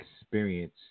experience